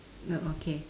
no okay